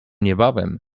niebawem